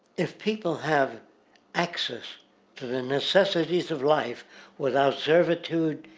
if people have access to the necessities of life without survitude,